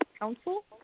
Council